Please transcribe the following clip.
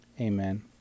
Amen